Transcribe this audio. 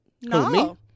no